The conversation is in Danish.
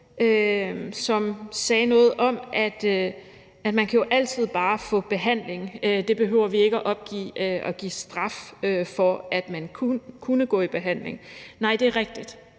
som sagde noget om, at man jo altid bare kan få behandling, og at vi ikke behøver at opgive at give straf, for at man kunne gå i behandling: Nej, det er rigtigt,